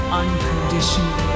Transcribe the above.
unconditional